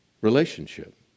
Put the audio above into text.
Relationship